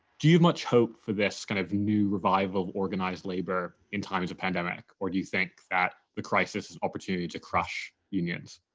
do you much hope for this kind of new revival of organised labour in times of pandemic or do you think that the crisis is opportunity to crush unions?